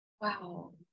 Wow